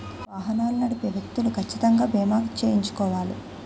వాహనాలు నడిపే వ్యక్తులు కచ్చితంగా బీమా చేయించుకోవాలి